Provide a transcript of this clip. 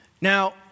Now